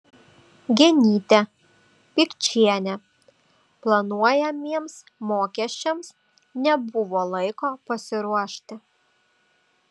genytė pikčienė planuojamiems mokesčiams nebuvo laiko pasiruošti